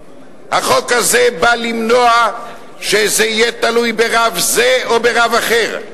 החוק הזה בא למנוע שזה יהיה תלוי ברב זה או ברב אחר.